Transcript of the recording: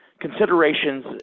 considerations